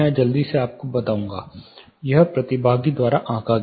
मैं जल्दी से आपको बताऊंगा यह प्रतिभागी द्वारा आंका गया है